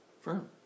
firm